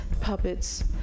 puppets